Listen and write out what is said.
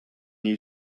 you